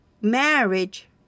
marriage